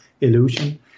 illusion